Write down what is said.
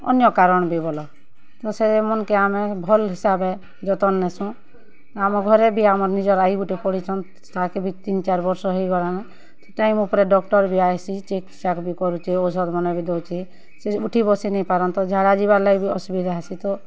ଅନ୍ୟ କାରଣ ବି ବଲ ତ ସେମନ୍କେ ଆମେ ଭଲ୍ ହିସାବେ ଜତନ୍ ନେସୁ ଆମ ଘରେ ବି ଆମର୍ ନିଜର୍ ଆଇ ଗୁଟେ ପଡ଼ିଛନ୍ ତାହାକେ ବି ତିନ୍ ଚାର୍ ବର୍ଷ ହେଇଗଲାନ ଠିକ୍ ଟାଇମ୍ ଉପ୍ରେ ଡକ୍ଟର ବି ଆୟେସୀ ଚେକ୍ ଚାକ୍ ବି କରୁଛେ ଓଷଦ୍ ମାନେ ବି ଦଉଛେ ସେ ଉଠି ବସି ନେଇଁ ପାରନ୍ ତ ଝାଡା ଯିବାର୍ ଲାଗି ବି ଅସୁବିଧା ହେସି ତ